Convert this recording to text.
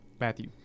Matthew